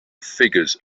figures